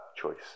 choice